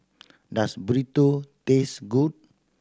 does Burrito taste good